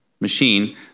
machine